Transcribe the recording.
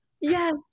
yes